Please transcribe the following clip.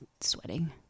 sweating